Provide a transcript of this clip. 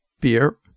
beer